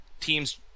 teams